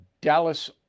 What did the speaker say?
Dallas